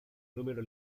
número